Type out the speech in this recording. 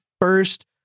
first